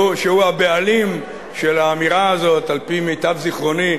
שהוא הבעלים של האמירה הזאת, על-פי מיטב זיכרוני,